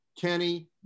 Kenny